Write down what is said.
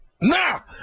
Now